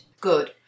good